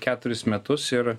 keturis metus ir